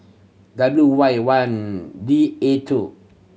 W Y one D A two